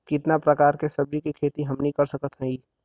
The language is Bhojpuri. कितना प्रकार के सब्जी के खेती हमनी कर सकत हई?